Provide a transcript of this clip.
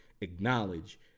acknowledge